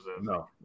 No